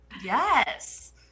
Yes